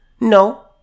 no